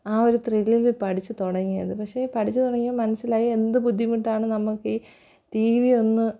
ആ ഒരു ത്രില്ലില് പഠിച്ച് തുടങ്ങിയത് പക്ഷെ പഠിച്ചുതുടങ്ങിയപ്പോള് മനസ്സിലായി എന്ത് ബുദ്ധിമുട്ടാണ് നമുക്കീ ടി വി ഒന്ന്